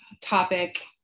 Topic